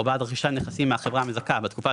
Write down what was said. או בעד רכישת נכסים מהחברה המזכה בתקופה